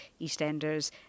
EastEnders